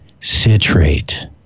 citrate